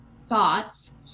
thoughts